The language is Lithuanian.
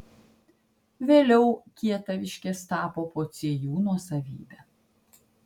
vėliau kietaviškės tapo pociejų nuosavybe